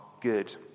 good